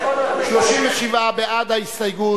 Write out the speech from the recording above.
37 בעד ההסתייגות,